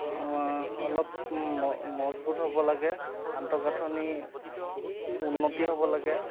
অলপ মজবুত হ'ব লাগে আন্তঃগাঁথনি উন্নতি হ'ব লাগে